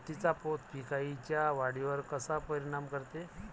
मातीचा पोत पिकाईच्या वाढीवर कसा परिनाम करते?